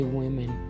women